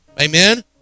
amen